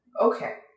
Okay